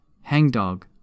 hangdog